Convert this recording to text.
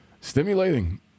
stimulating